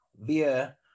via